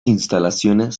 instalaciones